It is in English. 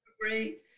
great